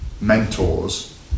mentors